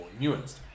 nuanced